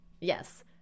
Yes